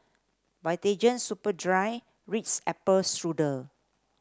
Vitagen Superdry and Ritz Apple Strudel